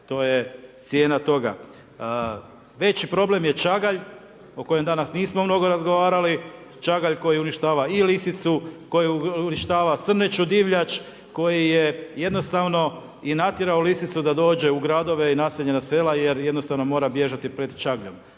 to je cijena toga. Već problem je čagalj o kojem danas nismo mnogo razgovarali, čagalj koji uništava i lisicu, koji uništava srneću divljač, koji je jednostavno i natjerao lisicu da dođe u gradove i naseljena sela jer jednostavno mora bježati pred čagljem.